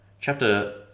chapter